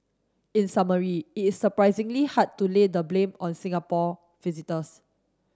in summary it is surprisingly hard to lay the blame on Singapore visitors